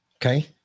Okay